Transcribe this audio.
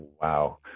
Wow